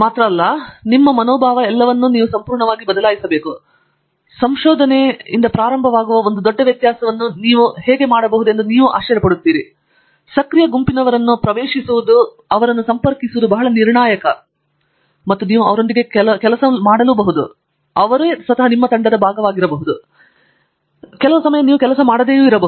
ಕೇವಲ ವಾತಾವರಣದಲ್ಲಿ ಸೆಟ್ಟಿಂಗ್ ಅನ್ನು ನಿಮಗೆ ನೀಡುತ್ತದೆ ಮತ್ತು ಎಲ್ಲವನ್ನೂ ನಿಮ್ಮ ಮನೋಭಾವವನ್ನು ಸಂಪೂರ್ಣವಾಗಿ ಬದಲಾಯಿಸುತ್ತದೆ ಮತ್ತು ಸಂಶೋಧನೆಯಿಂದ ಪ್ರಾರಂಭವಾಗುವ ಒಂದು ದೊಡ್ಡ ವ್ಯತ್ಯಾಸವನ್ನು ಹೇಗೆ ಮಾಡಬಹುದೆಂದು ನೀವು ಆಶ್ಚರ್ಯಪಡುತ್ತೀರಿ ಸಕ್ರಿಯ ಗುಂಪಿನವರನ್ನು ಪ್ರವೇಶಿಸುವುದು ಬಹಳ ನಿರ್ಣಾಯಕ ಮತ್ತು ಅದನ್ನು ನೀವು ಹೇಳಬಹುದು ಅಂದರೆ ನೀವು ಅವರೊಂದಿಗೆ ಕೆಲವರು ಕೆಲಸ ಮಾಡಬಹುದು ಮತ್ತು ಅವರು ತಂಡದ ಭಾಗವಾಗಿರಬಹುದು ಕೆಲವರು ನೀವು ಸಹ ಕೆಲಸ ಮಾಡದಿರಬಹುದು